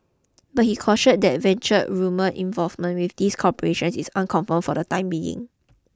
but he cautioned that Venture's rumoured involvement with these corporations is unconfirmed for the time being